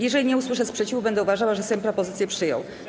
Jeżeli nie usłyszę sprzeciwu, będę uważała, że Sejm propozycję przyjął.